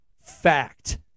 fact